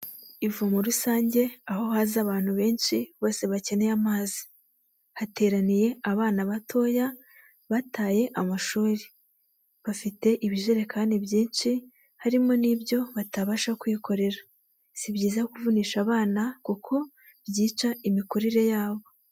Ivomo rusange aho haza abantu benshi bose bakeneye amazi, hateraniye abana batoya bataye amashuri, bafite ibijerekani byinshi harimo n'ibyo batabasha kuyikorera, si byiza kuvunisha abana kuko byica imikurire yabo.